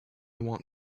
want